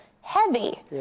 heavy